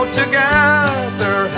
together